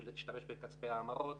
בשביל להשתמש בכספי ההמרות.